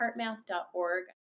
heartmath.org